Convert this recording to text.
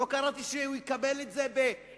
לא קראתי שהוא יקבל את זה בחינם.